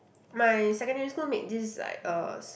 my secondary school made this is like uh s~